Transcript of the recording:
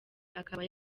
akaba